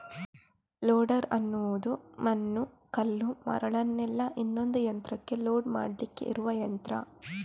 loader ಅನ್ನುದು ಮಣ್ಣು, ಕಲ್ಲು, ಮರಳನ್ನೆಲ್ಲ ಇನ್ನೊಂದು ಯಂತ್ರಕ್ಕೆ ಲೋಡ್ ಮಾಡ್ಲಿಕ್ಕೆ ಇರುವ ಯಂತ್ರ